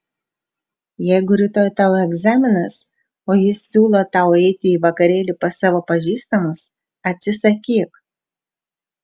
jeigu rytoj tau egzaminas o jis siūlo tau eiti į vakarėlį pas savo pažįstamus atsisakyk